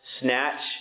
snatch